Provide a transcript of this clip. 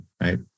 right